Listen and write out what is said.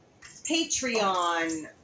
Patreon